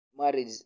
marriage